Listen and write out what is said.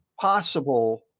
possible